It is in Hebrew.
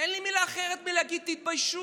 אין לי מילה אחרת חוץ מלהגיד: תתביישו.